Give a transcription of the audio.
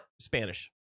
spanish